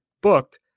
booked